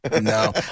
No